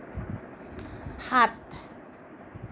সাত